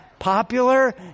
Popular